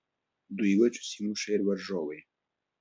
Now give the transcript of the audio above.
du įvarčius įmuša ir varžovai